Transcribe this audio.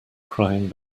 crying